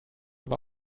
aber